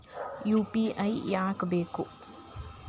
UPI ಯಾಕ್ ಬೇಕು?